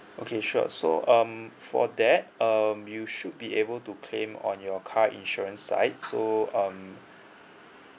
okay sure so um for that um you should be able to claim on your car insurance side so um